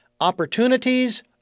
opportunities